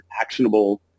actionable